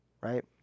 right